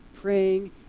praying